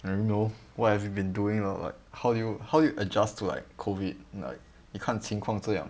I know what have you been doing lor like how you how you adjust to like COVID like 你情况这样